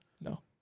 No